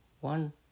one